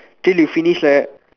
till you finish like that